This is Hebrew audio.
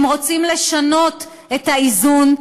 הם רוצים לשנות את האיזון,